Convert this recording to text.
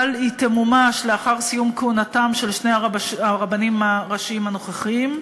אבל היא תמומש לאחר סיום כהונתם של שני הרבנים הראשיים הנוכחיים,